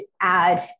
add